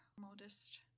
modest